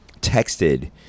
texted